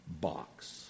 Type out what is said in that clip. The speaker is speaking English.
box